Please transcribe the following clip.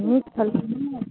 तऽ नीक छलखिन